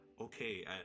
okay